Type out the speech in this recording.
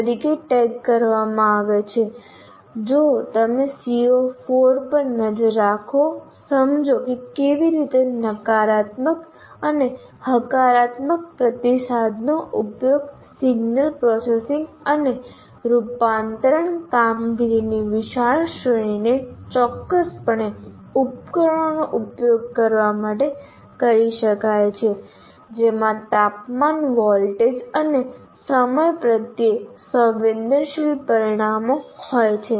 તરીકે ટેગ કરવામાં આવે છે જો તમે CO4 પર નજર નાખો સમજો કે કેવી રીતે નકારાત્મક અને હકારાત્મક પ્રતિસાદનો ઉપયોગ સિગ્નલ પ્રોસેસિંગ અને રૂપાંતરણ કામગીરીની વિશાળ શ્રેણીને ચોક્કસપણે ઉપકરણોનો ઉપયોગ કરવા માટે કરી શકાય છે જેમાં તાપમાન વોલ્ટેજ અને સમય પ્રત્યે સંવેદનશીલ પરિમાણો હોય છે